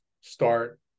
start